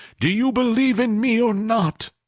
do you believe in me or not?